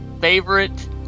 favorite